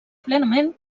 plenament